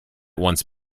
once